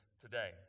today